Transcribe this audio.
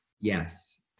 Yes